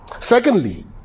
Secondly